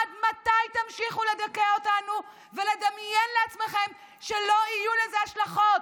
עד מתי תמשיכו לדכא אותנו ולדמיין לעצמכם שלא יהיו לזה השלכות?